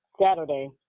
Saturday